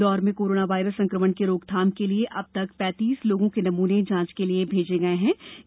इन्दौर में corona virus संकमण के रोकथाम के लिए अब तक पैतीस लोगों के नमूने जांच के लिए भेजे गये थे